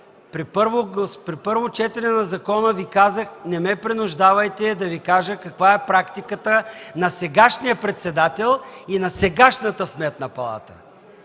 при първо четене на законопроекта Ви казах: не ме принуждавайте да Ви кажа каква е практиката на сегашния председател и на сегашната Сметна палата,